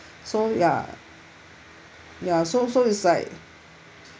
so ya ya so so it's like